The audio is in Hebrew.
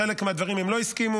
לחלק מהדברים הם לא הסכימו,